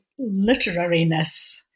literariness